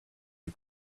you